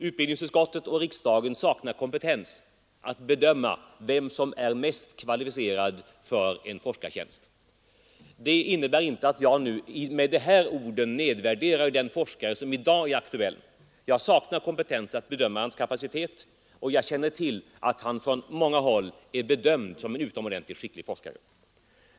Utbildningsutskottet och riksdagen saknar kompetens att bedöma vem som är mest kvalificerad för en forskartjänst. Det innebär inte att jag med dessa ord nedvärderar den forskare som i dag är aktuell. Jag saknar kompetens att bedöma hans kapacitet, men jag känner till att han från många håll är bedömd som en utomordentligt skicklig forskare.